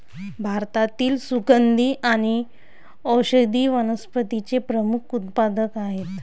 भारतातील सुगंधी आणि औषधी वनस्पतींचे प्रमुख उत्पादक आहेत